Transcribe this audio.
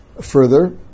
Further